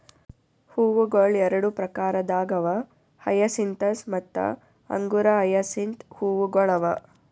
ಹೂವುಗೊಳ್ ಎರಡು ಪ್ರಕಾರದಾಗ್ ಅವಾ ಹಯಸಿಂತಸ್ ಮತ್ತ ಅಂಗುರ ಹಯಸಿಂತ್ ಹೂವುಗೊಳ್ ಅವಾ